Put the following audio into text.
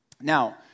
Now